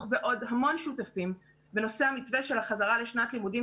ועוד המון שותפים בנושא המתווה של החזרה לשנת הלימודים,